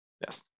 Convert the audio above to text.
Yes